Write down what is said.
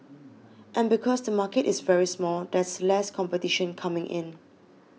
and because the market is very small there's less competition coming in